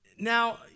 Now